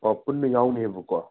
ꯑꯣ ꯄꯨꯟꯅ ꯌꯥꯎꯅꯦꯕꯀꯣ